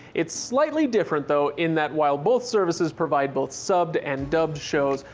it's slightly different though in that, while both services provide both subbed and dubbed shows,